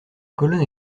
colonne